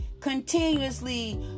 continuously